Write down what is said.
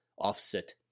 offset